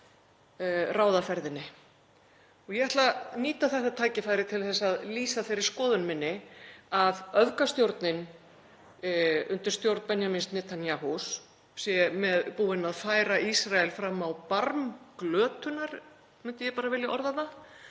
ráða ferðinni. Ég ætla að nýta þetta tækifæri til að lýsa þeirri skoðun minni að öfgastjórnin undir stjórn Benjamins Netanyahus sé með búin að færa Ísrael fram á barm glötunar, myndi ég vilja orðað það.